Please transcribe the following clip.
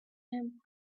him